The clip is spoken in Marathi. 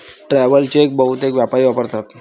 ट्रॅव्हल चेक बहुतेक व्यापारी वापरतात